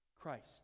Christ